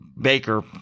Baker